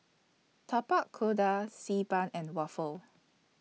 Tapak Kuda Xi Ban and Waffle